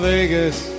Vegas